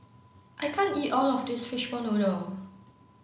I can't eat all of this fishball noodle